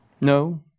No